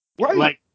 Right